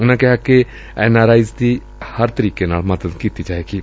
ਉਨੂਾਂ ਕਿਹਾ ਕਿ ਐਨ ਆਰ ਆਈ ਜ਼ ਦੀ ਹਰ ਤਰੀਕੇ ਨਾਲ ਮਦਦਦ ਕੀਤੀ ਜਾਏਗੀ